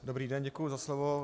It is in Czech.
Dobrý den, děkuji za slovo.